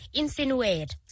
insinuate